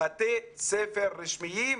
בבתי ספר רשמיים,